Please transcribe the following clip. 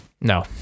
No